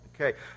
Okay